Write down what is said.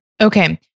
Okay